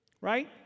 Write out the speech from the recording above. Right